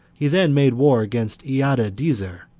he then made war against iadadezer,